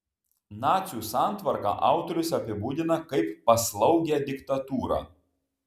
nacių santvarką autorius apibūdina kaip paslaugią diktatūrą